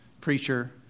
preacher